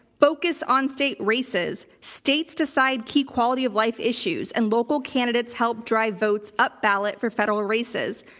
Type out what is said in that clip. focus on state races. states decide key quality of life issues and local candidates help drive votes up ballot for federal races.